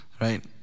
right